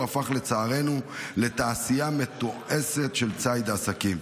הוא הפך לצערנו לתעשיית מתועשת של ציד עסקים.